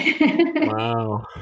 Wow